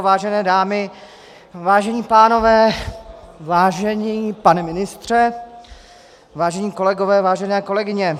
Vážené dámy, vážení pánové, vážený pane ministře, vážení kolegové, vážené kolegyně.